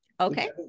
Okay